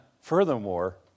furthermore